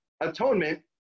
atonement